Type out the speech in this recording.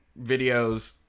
videos